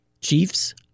Chiefs